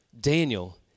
Daniel